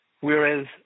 whereas